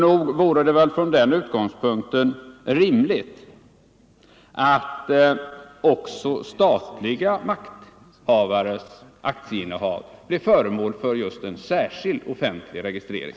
Nog vore det väl med den utgångspunkten rimligt att också statliga makthavares aktieinnehav blev föremål för en särskild offentlig registrering.